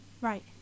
Right